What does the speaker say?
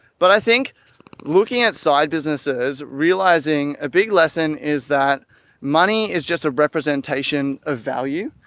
but i think looking at side businesses, realizing a big lesson is that money is just a representation of value.